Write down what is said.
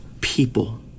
people